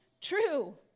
true